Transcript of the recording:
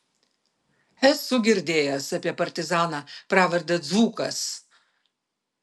esu girdėjęs apie partizaną pravarde dzūkas